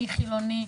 מי חילוני,